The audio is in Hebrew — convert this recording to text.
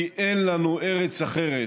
כי אין לנו ארץ אחרת,